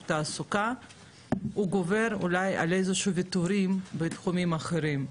התעסוקה גובר על איזה שהם ויתורים בתחומים אחרים,